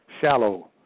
shallow